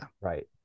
right